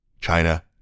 China